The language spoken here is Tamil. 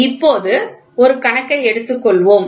இப்பொழுது ஒரு கணக்கை எடுத்துக் கொள்வோம்